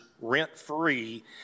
rent-free